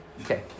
Okay